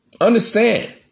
Understand